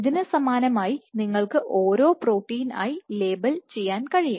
ഇതിന് സമാനമായി നിങ്ങൾക്ക് ഓരോ പ്രോട്ടീൻ ആയി ലേബൽ ചെയ്യാൻ കഴിയും